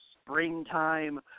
springtime